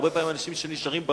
והרבה פעמים אנשים נשארים בחוץ.